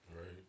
Right